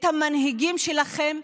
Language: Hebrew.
את המנהיגים שלכם,